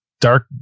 Dark